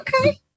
okay